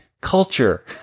culture